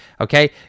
okay